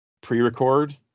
pre-record